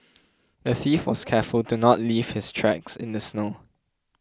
the thief was careful to not leave his tracks in the snow